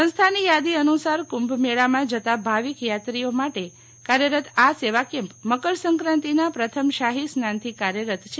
સંસ્થાની યાદી અનુ સાર કુંભમેળામાં જતા ભાવિક યાત્રીઓ માટે કાર્યરત આ સેવા કેમ્પ મકર સંકાંતિના પ્રથમ શાહી સ્નાનથી કાર્યરત છે